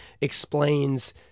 explains